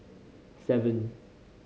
seven